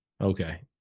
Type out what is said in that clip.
Okay